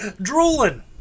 drooling